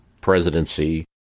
presidency